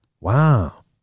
Wow